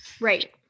Right